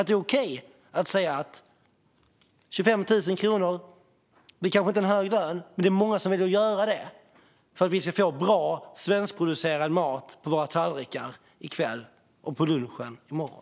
Det är okej att säga att 25 000 kronor kanske inte är en hög lön. Men det är många som väljer att göra det arbetet för att vi ska få bra svenskproducerad mat på våra tallrikar i kväll och på lunchen i morgon.